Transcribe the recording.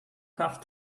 have